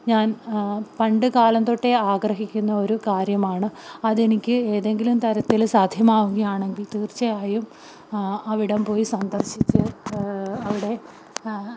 ഞാൻ പണ്ടുകാലം തൊട്ടേ ആഗ്രഹിക്കുന്ന ഒരു കാര്യമാണ് അതെനിക്ക് ഏതെങ്കിലും തരത്തില് സാധ്യമാവുകയാണെങ്കിൽ തീർച്ചയായും അവിടം പോയി സന്ദർശിച്ച് അവിടെ